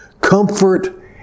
comfort